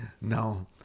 No